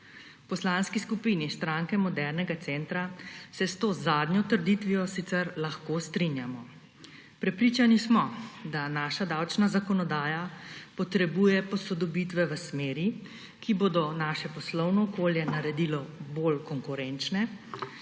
Poslanski skupini Stranke modernega centra se s to zadnjo trditvijo sicer lahko strinjamo. Prepričani smo, da naša davčna zakonodaja potrebuje posodobitve v smeri, ki bodo naše poslovno okolje naredile bolj konkurenčno